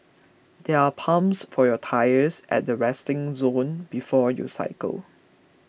there are pumps for your tyres at the resting zone before you cycle